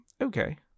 okay